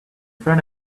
front